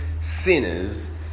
sinners